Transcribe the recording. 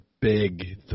Big